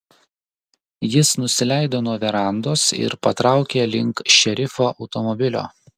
jis nusileido nuo verandos ir patraukė link šerifo automobilio